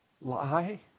lie